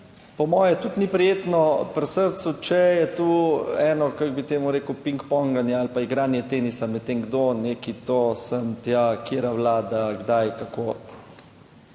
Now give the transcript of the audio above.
po moje tudi ni prijetno pri srcu, če je to eno, kako bi temu rekel, ping ponganje ali pa igranje tenisa med tem, kdo, nekaj, to sem, tja, katera vlada, kdaj, kako.